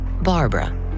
Barbara